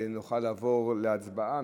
נוכל לעבור להצבעה,